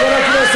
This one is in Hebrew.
לא, לא מוותרת.